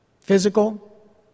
physical